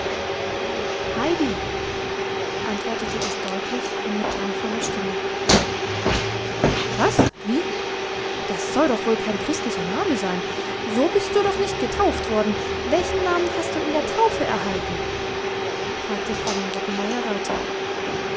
heidi antwortete es deutlich und mit klangvoller stimme wie wie das soll doch wohl kein christlicher name sein so bist du doch nicht getauft worden welchen namen hast du in der taufe erhalten fragte fräulein rottenmeier weiter